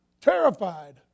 terrified